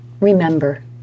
Remember